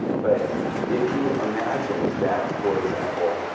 but if you imagine that, for example,